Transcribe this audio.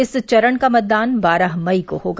इस चरण का मतदान बारह मई को होगा